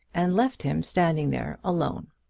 and left him standing there alone.